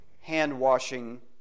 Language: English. hand-washing